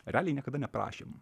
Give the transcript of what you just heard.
realiai niekada neprašėm